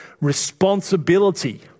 responsibility